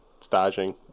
staging